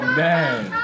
man